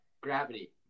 Gravity